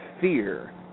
fear